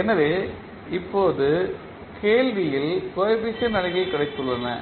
எனவே இப்போது கேள்வியில் கோஎபிசியன்ட் அணிகள் கிடைத்துள்ளன